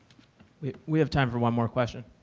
we we have time for one more question.